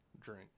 drink